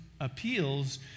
appeals